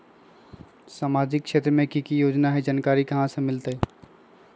सामाजिक क्षेत्र मे कि की योजना है जानकारी कहाँ से मिलतै?